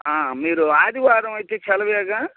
మీరు ఆదివారం అయితే సెలవేగా